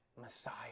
Messiah